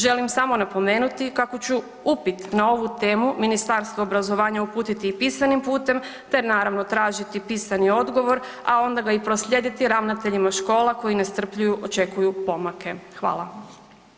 Želim samo napomenuti kako ću upit na ovu temu Ministarstvu obrazovanja uputiti i pisanim putem te naravno tražiti pisani odgovor, a onda ga i proslijediti ravnateljima škola koji nestrpljivo očekuju pomake.